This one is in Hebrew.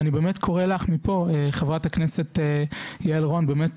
אני באמת קורא לך מפה, חברת הכנסת יעל רון, באמת